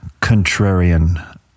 contrarian